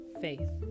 faith